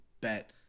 bet